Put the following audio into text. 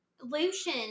lucian